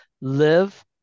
live